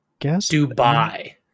Dubai